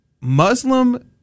Muslim